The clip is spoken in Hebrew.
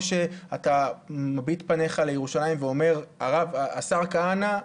או שאתה מביט פניך לירושלים ואומר השר כהנא,